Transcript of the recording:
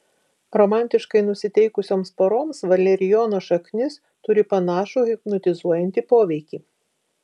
romantiškai nusiteikusioms poroms valerijono šaknis turi panašų hipnotizuojantį poveikį